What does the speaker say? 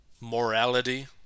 morality